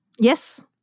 Yes